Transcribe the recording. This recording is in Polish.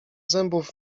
zębów